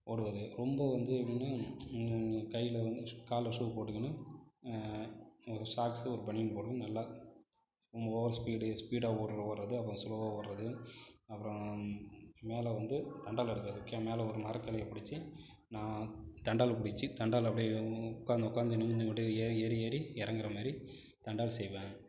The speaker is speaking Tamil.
ஓடுவது ரொம்ப வந்து எப்படின்னா கையில் வந்து ஷு காலில் ஷூ போட்டுக்கின்னு ஒரு சாக்ஸு ஒரு பனியன் போட்டுக்கின்னு நல்லா ஓவர் ஸ்பீடு ஸ்பீடா ஓடுற ஓடுகிறது அப்புறம் ஸ்லோவா ஓடுகிறது அப்புறம் மேலே வந்து தண்டாலு எடுக்கிறது க மேலே ஒரு மரக்கிளைய பிடிச்சி நான் தண்டால பிடிச்சி தண்டால் அப்படியே உட்காந்து உட்காந்து நின்று நின்றுட்டு ஏறி ஏறி ஏறி இறங்குற மாதிரி தண்டால் செய்வேன்